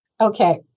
Okay